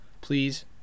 please